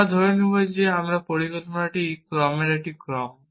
আমরা ধরে নেব যে আমাদের পরিকল্পনাটি কর্মের একটি ক্রম